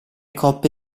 coppe